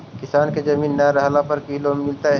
किसान के जमीन न रहला पर भी लोन मिलतइ?